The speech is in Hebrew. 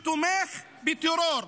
יכול להיות תומך בטרור?